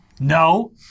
No